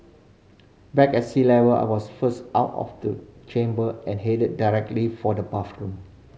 back at sea level I was first out of the chamber and headed directly for the bathroom